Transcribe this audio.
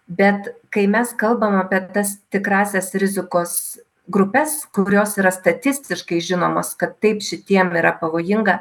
bet kai mes kalbam apie tas tikrąsias rizikos grupes kurios yra statistiškai žinomos kad taip šitiem yra pavojinga